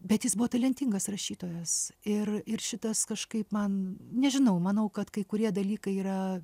bet jis buvo talentingas rašytojas ir ir šitas kažkaip man nežinau manau kad kai kurie dalykai yra